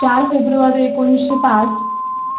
चार फेब्रुवारी एकोणीसशे पाच